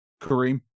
Kareem